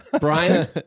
Brian